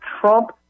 Trump